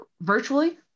virtually